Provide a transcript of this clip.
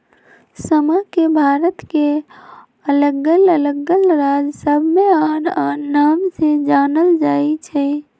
समा के भारत के अल्लग अल्लग राज सभमें आन आन नाम से जानल जाइ छइ